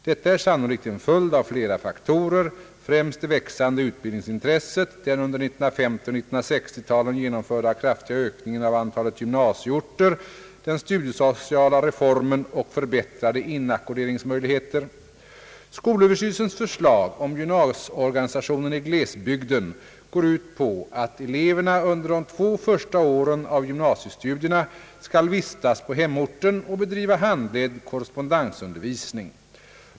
Detta är sannolikt en följd av flera faktorer, främst det växande utbildningsintresset, den under 1950 och 1960-talen genomförda kraftiga ökningen av antalet gymnasieorter, den studiesociala reformen och förbättrade inackorderingsmöjligheter. Skolöverstyrelsens förslag om gymnasieorganisationen i glesbygden går ut på att eleverna under de två första åren av gymnasiestudierna skall vistas på hemorten och bedriva handledd korrespondensundervisning.